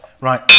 Right